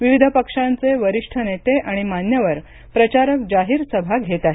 विविध पक्षांचे वरिष्ठ नेते आणि मान्यवर प्रचारक जाहीर सभा घेत आहेत